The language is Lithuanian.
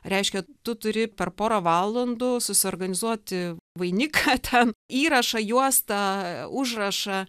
reiškia tu turi per porą valandų susiorganizuoti vainiką ten įrašą juostą užrašą